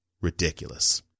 Ridiculous